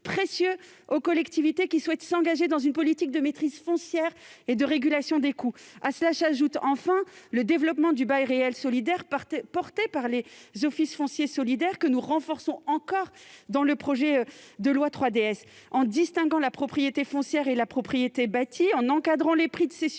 précieux aux collectivités souhaitant s'engager dans une politique de maîtrise foncière et de régulation des coûts. À cela s'ajoute enfin le développement du bail réel solidaire (BRS) porté par les offices fonciers solidaires (OFS), que nous renforçons encore dans le projet de loi 3DS. En distinguant la propriété foncière et la propriété bâtie, en encadrant les prix de cession des